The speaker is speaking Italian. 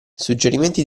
suggerimenti